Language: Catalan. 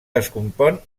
descompon